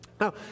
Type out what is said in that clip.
Now